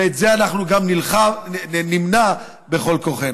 ואת זה אנחנו גם נמנע בכל כוחנו.